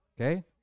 okay